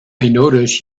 notice